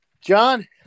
John